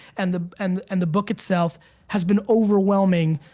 and the and and the book itself has been overwhelming.